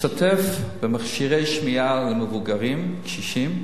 השתתף במימון מכשירי שמיעה למבוגרים, קשישים,